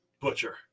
butcher